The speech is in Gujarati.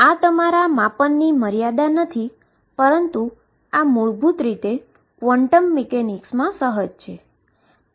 આ તમારા મેઝરમેન્ટની મર્યાદા નથીપરંતુ આ મૂળભૂત રીતે ક્વોન્ટમ મિકેનિક્સમાં સહજ છે